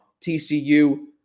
TCU